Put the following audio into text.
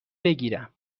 بگیرم